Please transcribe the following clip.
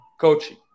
coaching